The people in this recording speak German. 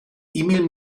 emil